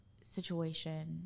situation